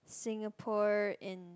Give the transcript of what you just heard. Singapore and